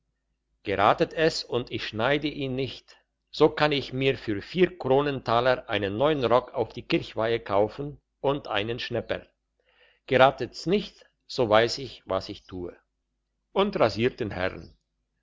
geratet es und ich schneide ihn nicht so kann ich mir für vier kronentaler einen neuen rock auf die kirchweihe kaufen und einen schnepper geratet's nicht so weiss ich was ich tue und rasiert den herrn